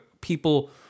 people